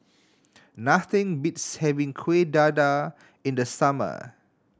nothing beats having Kueh Dadar in the summer